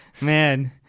man